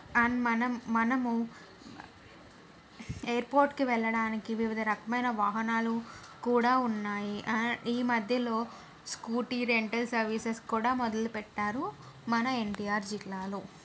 and మనం మనము ఎయిర్పోర్ట్కి వెళ్ళడానికి వివిధ రకమైన వాహనాలు కూడా ఉన్నాయి అండ్ ఈ మధ్యలో స్కూటీ రెంటల్ సర్వీసెస్ కూడా మొదలుపెట్టారు మన ఎన్టిఆర్ జిల్లాలో